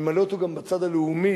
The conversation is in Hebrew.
ממלא אותו גם בצד הלאומי,